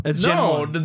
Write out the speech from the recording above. No